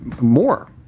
More